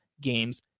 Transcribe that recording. games